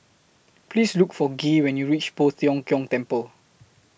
Please Look For Gaye when YOU REACH Poh Tiong Kiong Temple